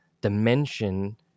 dimension